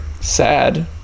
Sad